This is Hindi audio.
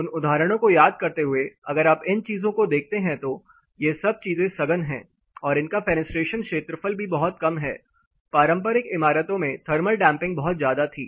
उन उदाहरणों को याद करते हुए अगर आप इन चीजों को देखते हैं तो यह सब चीजें सघन है और इनका फेनेस्ट्रेशन क्षेत्रफल भी बहुत कम है पारंपरिक इमारतों में थर्मल डैंपिंग बहुत ज्यादा थी